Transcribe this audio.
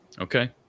Okay